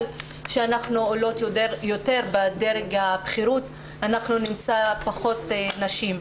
שאנחנו עולות יותר בדרג הבכירות אנחנו נמצא פחות נשים.